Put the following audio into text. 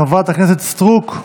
חברת הכנסת סטרוק,